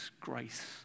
grace